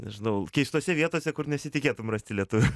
nežinau keistose vietose kur nesitikėtum rasti lietuvių